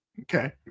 Okay